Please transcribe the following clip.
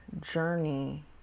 journey